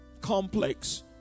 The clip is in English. complex